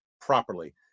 properly